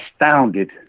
astounded